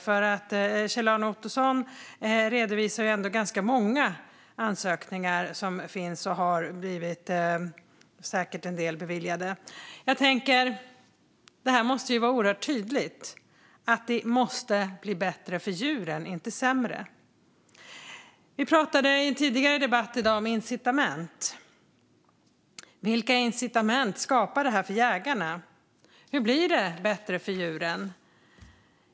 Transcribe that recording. Kjell-Arne Ottosson redovisade nämligen ganska många ansökningar som finns, varav en del säkert har blivit beviljade. Jag tänker att det måste vara oerhört tydligt att det ska bli bättre för djuren, inte sämre. Vi pratade i en tidigare debatt i dag om incitament. Vilka incitament skapar det här för jägarna? Hur blir det bättre för djuren?